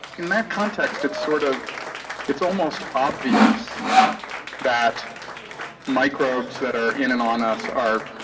in that context, it's sort of it's almost obvious that microbes that are in and on us are